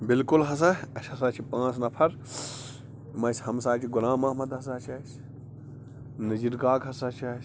بالکل ہَسا اسہِ ہَسا چھِ پانٛژھ نَفَر یِم اسہِ ہَمساے چھِ غلام محمَد ہَسا چھُ اسہِ نذیٖر کاک ہَسا چھُ اسہِ